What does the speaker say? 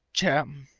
jem!